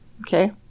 okay